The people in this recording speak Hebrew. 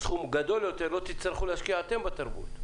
סכום גדול יותר, לא תצטרכו להשקיע אתם בתרבות.